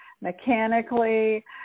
mechanically